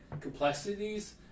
complexities